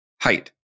height